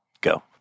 Go